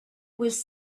was